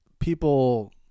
People